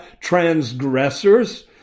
transgressors